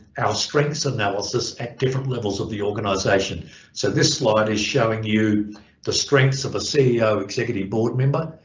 our strengths analysis at different levels of the organisation so this slide is showing you the strengths of a ceo executive board member,